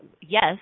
yes